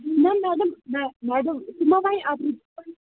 نہ میڈم نہ میڈم سُہ ما وَنہِ اَپُز